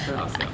很好笑